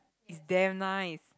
is damn nice